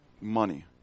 money